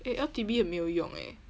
eh L_T_B 没有用 eh